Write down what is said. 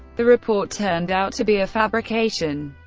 the report turned out to be a fabrication.